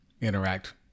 interact